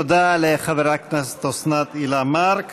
תודה לחברת הכנסת אוסנת הילה מארק.